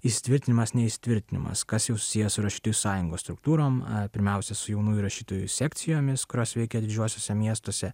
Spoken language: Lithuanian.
įsitvirtinimas ne įsitvirtinimas kas jau susiję su rašytojų sąjungos struktūrom pirmiausia su jaunųjų rašytojų sekcijomis kurios veikė didžiuosiuose miestuose